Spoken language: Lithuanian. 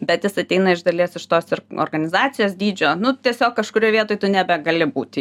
bet jis ateina iš dalies iš tos organizacijos dydžio nu tiesiog kažkurioj vietoj tu nebegali būti